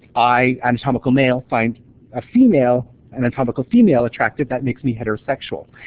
i, anatomical male, find a female, an anatomical female attractive. that makes me heterosexual.